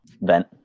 vent